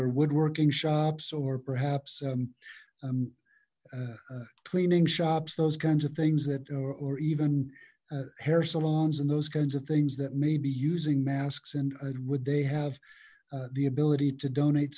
are woodworking shops or perhaps cleaning shops those kinds of things that or even hair salons and those kinds of things that may be using masks and would they have the ability to donate